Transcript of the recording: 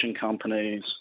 companies